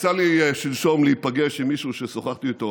יצא לי שלשום להיפגש עם מישהו ששוחחתי איתו